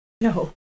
No